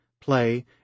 play